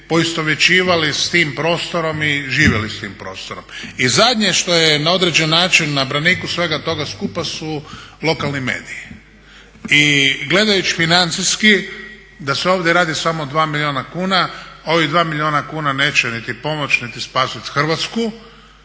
poistovjećivali s tim prostorom i živjeli s tim prostorom. I zadnje što je što je na određen način na braniku svega toga skupa su lokalni mediji. I gledajući financijski da se ovdje radi samo o 2 milijuna kuna ovih 2 milijuna kuna neće niti pomoći niti spasiti Hrvatsku.